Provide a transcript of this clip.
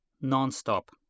non-stop